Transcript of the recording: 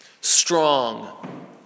Strong